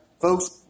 Folks